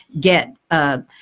get –